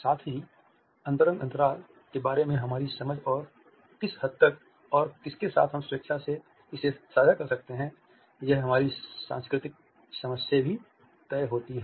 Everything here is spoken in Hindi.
साथ ही अंतरंग अंतराल के बारे में हमारी समझ और किस हद तक और किसके साथ हम स्वेच्छा से इसे साझा कर सकते हैं यह हमारी सांस्कृतिक समझ से भी तय होती है